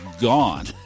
gone